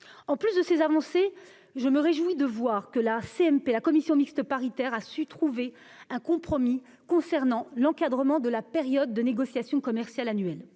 En sus de ces avancées, je me réjouis de voir que la commission mixte paritaire a su trouver un compromis concernant l'encadrement de la période de négociation commerciale annuelle.